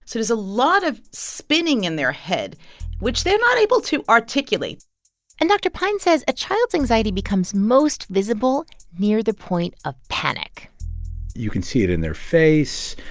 a lot of spinning in their head which they're not able to articulate and dr. pine says a child's anxiety becomes most visible near the point of panic you can see it in their face.